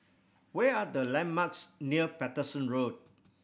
where are the landmarks near Paterson Road